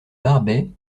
barbey